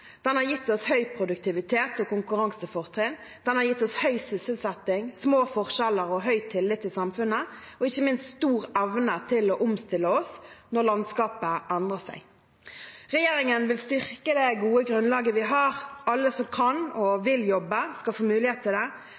Den har gitt oss høy produktivitet og konkurransefortrinn. Den har gitt oss høy sysselsetting, små forskjeller og høy tillit i samfunnet. Og ikke minst har den gitt oss stor evne til å omstille oss når landskapet endrer seg. Regjeringen vil styrke det gode grunnlaget vi har. Alle som kan og vil jobbe, skal få mulighet til det.